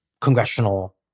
congressional